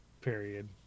Period